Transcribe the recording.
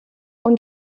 und